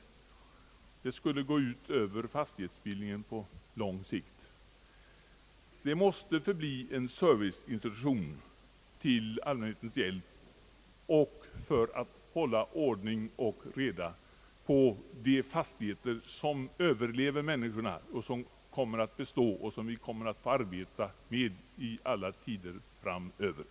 Det skulle gå ut över fastighetsbildningen på lång sikt. Lantmäteriet måste förbli en serviceinstitution till allmänhetens hjälp för att hålla ordning och reda på de fastigheter som överlever människorna och som kommer att bestå och som lantmäteriet kommer att få arbeta med i alla tider framöver.